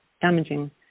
damaging